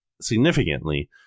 significantly